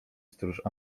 stróż